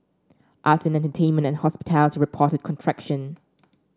arts and entertainment and hospitality reported contraction